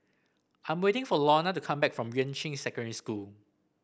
I am waiting for Lorna to come back from Yuan Ching Secondary School